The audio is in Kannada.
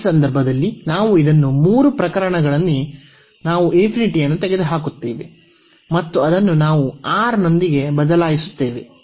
ಈ ಸಂದರ್ಭದಲ್ಲಿ ನಾವು ಇದನ್ನು ಮೂರು ಪ್ರಕರಣಗಳಲ್ಲಿ ನಾವು ∞ ಅನ್ನು ತೆಗೆದುಹಾಕುತ್ತೇವೆ ಮತ್ತು ಅದನ್ನು ನಾವು R ನೊಂದಿಗೆ ಬದಲಾಯಿಸುತ್ತೇವೆ